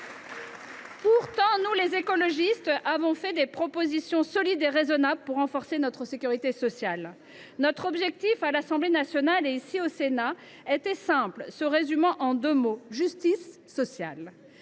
Pourtant, nous, les écologistes, avons fait des propositions solides et raisonnables… Ah oui, raisonnables !… pour renforcer notre sécurité sociale. Notre objectif, à l’Assemblée nationale et au Sénat, était simple et se résumait en deux mots : justice sociale.